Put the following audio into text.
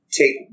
take